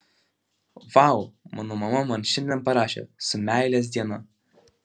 vau mano mama man šiandien parašė su meilės diena